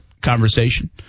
conversation